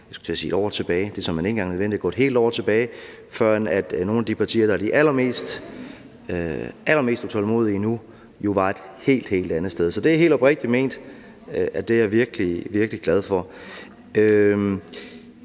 at gå et helt år tilbage, førend nogle af de partier, der er de allermest utålmodige nu, var et helt, helt andet sted. Så det er helt oprigtigt ment, at det er jeg virkelig glad for.